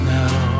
now